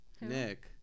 nick